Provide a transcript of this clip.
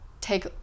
take